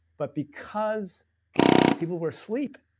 but because people were asleep,